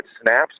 snaps